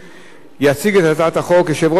יציג את הצעת החוק יושב-ראש ועדת החינוך,